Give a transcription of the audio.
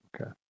Okay